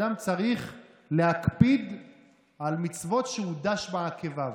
אדם צריך להקפיד על מצוות שהוא דש בעקביו.